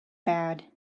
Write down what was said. bad